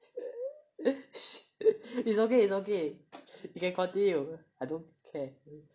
it's okay it's okay you can continue I don't care